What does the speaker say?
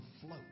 float